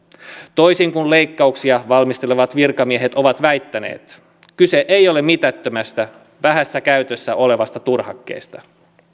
toisin kuin leikkauksia valmistelevat virkamiehet ovat väittäneet kyse ei ole mitättömästä vähässä käytössä olevasta turhakkeesta